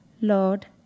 Lord